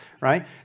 right